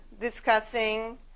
discussing